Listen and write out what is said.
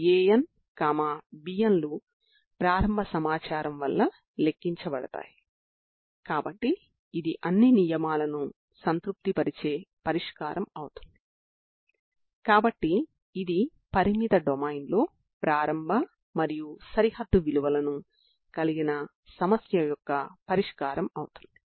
కాబట్టి వాటిని మీరు నిర్ణయించవచ్చు లేదా నిర్ణయించకుండా స్వేచ్ఛగా వదిలి వేయవచ్చు కాబట్టి u0t0 లేదా ux0t0 లు మీ సరిహద్దు నియమాలు అవుతాయి